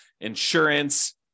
insurance